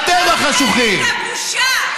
אתם שכחתם את הבושה שלכם.